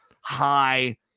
high